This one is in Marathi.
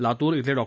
लातूर इथले डॉ